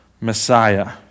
Messiah